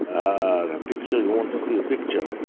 a picture? you want to see a picture?